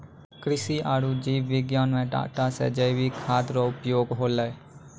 कृषि आरु जीव विज्ञान मे डाटा से जैविक खाद्य रो उपयोग होलै